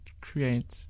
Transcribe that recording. create